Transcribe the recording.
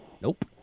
Nope